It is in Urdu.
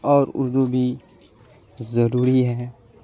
اور اردو بھی ضروری ہے